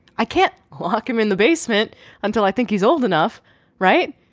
i can't lock him in the basement until i think he's old enough right.